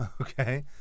Okay